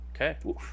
Okay